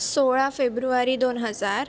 सोळा फेब्रुवारी दोन हजार